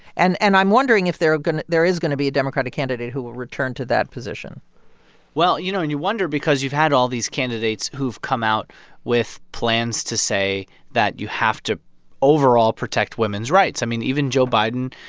and and i'm wondering if they're going to there is going to be a democratic candidate who will return to that position well, you know, and you wonder because you've had all these candidates who've come out with plans to say that you have to overall protect women's rights. i mean, even joe biden,